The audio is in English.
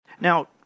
Now